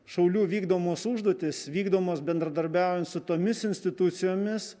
šaulių vykdomos užduotys vykdomos bendradarbiaujant su tomis institucijomis